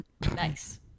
nice